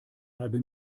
halbe